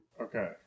Okay